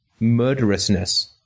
murderousness